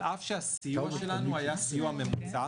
אל אף שהסטיות שלנו היה סיוע ממוצע.